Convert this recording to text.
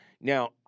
Now